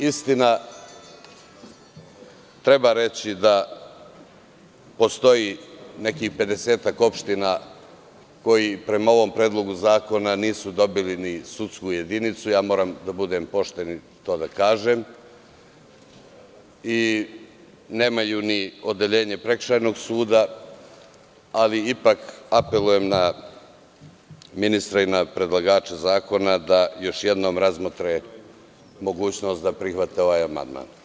Istina, treba reći da postoji nekih pedesetak opština koje po ovom Predlogu zakona nisu dobili ni sudsku jedinicu, moram da budem pošten i da to kažem, i nemaju ni odeljenje Prekršajnog suda, ali ipak apelujem na ministra i predlagača zakona još jednom razmotre mogućnost da prihvate ovaj amandman.